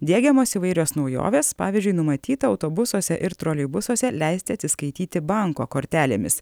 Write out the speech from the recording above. diegiamos įvairios naujovės pavyzdžiui numatyta autobusuose ir troleibusuose leisti atsiskaityti banko kortelėmis